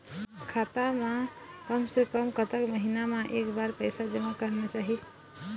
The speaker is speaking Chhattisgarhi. खाता मा कम से कम कतक महीना मा एक बार पैसा जमा करना चाही?